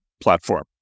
platform